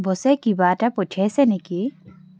বচে কিবা এটা পঠিয়াইছে নেকি